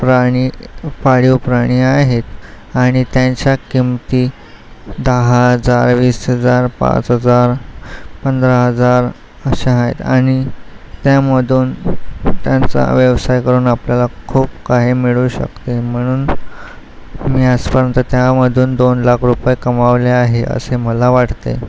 प्राणी पाळीव प्राणी आहेत आणि त्यांच्या किमती दहा हजार वीस हजार पाच हजार पंधरा हजार अशा आहेत आणि त्यामधून त्यांचा व्यवसाय करून आपल्याला खूप काही मिळू शकते म्हणून मी आजपर्यंत त्यामधून दोन लाख रुपये कमावले आहे असे मला वाटते